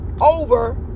over